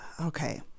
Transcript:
Okay